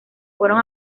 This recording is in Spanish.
fueron